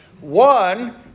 One